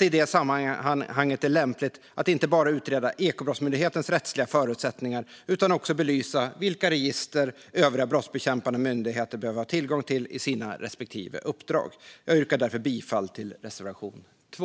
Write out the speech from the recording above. i det sammanhanget är lämpligt att inte bara utreda Ekobrottsmyndighetens rättsliga förutsättningar utan också belysa vilka register övriga brottsbekämpande myndigheter behöver ha tillgång till i sina respektive uppdrag. Jag yrkar därför bifall till reservation 2.